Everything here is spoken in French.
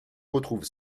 retrouve